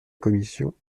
commission